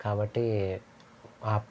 కాబట్టి ఆ